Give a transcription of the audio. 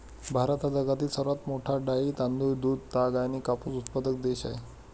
भारत हा जगातील सर्वात मोठा डाळी, तांदूळ, दूध, ताग आणि कापूस उत्पादक देश आहे